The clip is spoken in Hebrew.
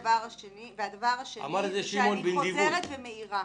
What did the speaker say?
והדבר השני, אני חוזרת ומעירה